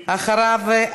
אחריו,